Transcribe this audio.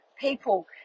people